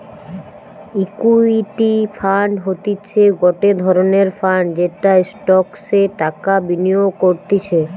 equity fund হতিছে গটে ধরণের ফান্ড যেটা স্টকসে টাকা বিনিয়োগ করতিছে